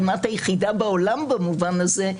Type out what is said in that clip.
כמעט היחידה בעולם במובן הזה,